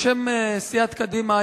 בשם סיעת קדימה,